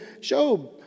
Job